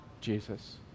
Jesus